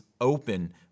open